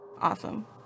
Awesome